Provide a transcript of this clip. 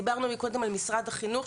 דיברנו מקודם על משרד החינוך,